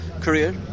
career